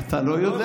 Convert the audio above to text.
לא הבנת.